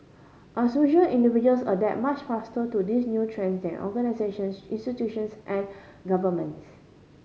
as usual individuals adapt much faster to these new trends than organisations institutions and governments